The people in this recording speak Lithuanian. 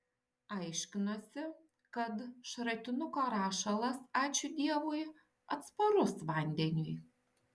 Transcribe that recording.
aiškinosi kad šratinuko rašalas ačiū dievui atsparus vandeniui